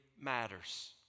matters